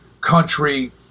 country